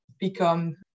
become